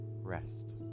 rest